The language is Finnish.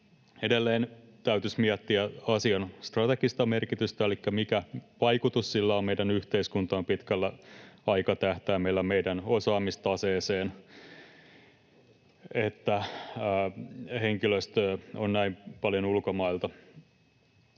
Edelleen täytyisi miettiä asian strategista merkitystä, elikkä mikä vaikutus sillä on meidän yhteiskuntaan pitkällä aikatähtäimellä, meidän osaamistaseeseen, että henkilöstöä on näin paljon ulkomailta.